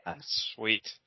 Sweet